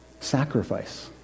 sacrifice